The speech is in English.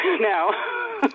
now